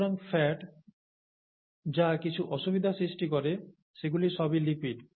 সুতরাং ফ্যাট যা কিছু অসুবিধা সৃষ্টি করে সেগুলি সবই লিপিড